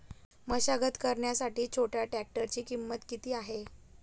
मशागत करण्यासाठी छोट्या ट्रॅक्टरची किंमत किती आहे?